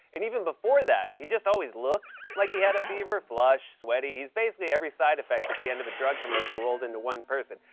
and even before that, he just always looked like he had a fever flush, sweaty. he's basically every side effect at the end of a drug commercial rolled into one person.